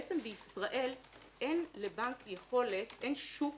בעצם, בישראל אין לבנק יכולת, אין שוק